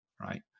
right